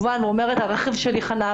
רכב.